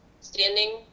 Standing